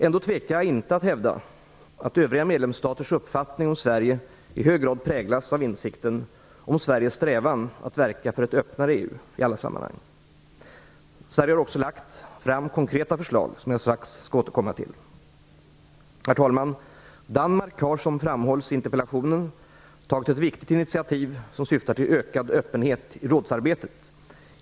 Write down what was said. Ändå tvekar jag inte att hävda att övriga medlemsstaters uppfattning om Sverige i hög grad präglas av insikten om Sveriges strävan att verka för ett öppnare EU i alla sammanhang. Sverige har också lagt fram konkreta förslag som jag strax skall återkomma till. Herr talman! Danmark har, som framhålls i interpellationen, tagit ett viktigt initiativ som syftar till ökad öppenhet i rådsarbetet.